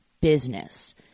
business